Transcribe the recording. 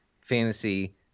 fantasy